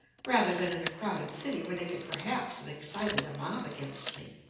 rather than in a crowded city where they could perhaps have excited the mob against me.